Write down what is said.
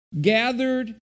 gathered